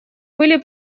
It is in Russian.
были